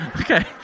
okay